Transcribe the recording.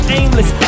aimless